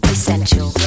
Essential